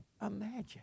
Imagine